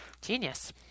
Genius